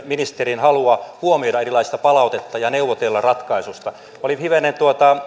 ministerin halua huomioida erilaista palautetta ja neuvotella ratkaisusta oli hivenen